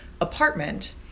apartment